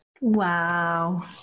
Wow